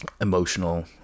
emotional